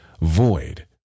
void